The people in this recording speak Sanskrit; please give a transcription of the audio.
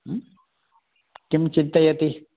किं चिन्तयति